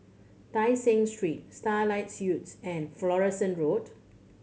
Tai Seng Street Starlight Suites and Florence Road